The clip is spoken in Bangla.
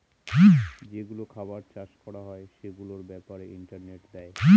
যেগুলো খাবার চাষ করা হয় সেগুলোর ব্যাপারে ইন্টারনেটে দেয়